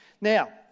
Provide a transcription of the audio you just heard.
Now